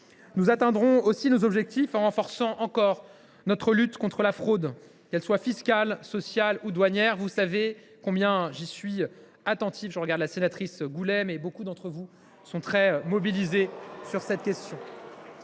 Nous atteindrons aussi nos objectifs en renforçant encore notre lutte contre la fraude, qu’elle soit fiscale, sociale ou douanière. Vous savez combien j’y suis attentif. Je regarde la sénatrice Goulet, mais je sais que beaucoup d’entre vous sont très mobilisés sur cette question.